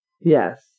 Yes